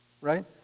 right